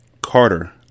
Carter